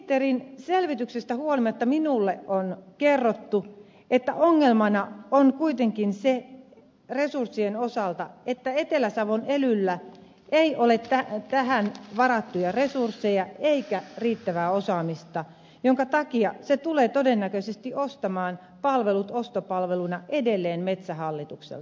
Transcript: ministerin selvityksestä huolimatta minulle on kerrottu että ongelmana on kuitenkin resurssien osalta se että etelä savon elyllä ei ole tähän varattuja resursseja eikä riittävää osaamista minkä takia se tulee todennäköisesti ostamaan palvelut ostopalveluna edelleen metsähallitukselta